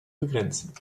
begrenzen